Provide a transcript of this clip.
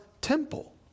temple